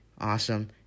awesome